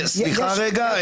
סליחה רגע.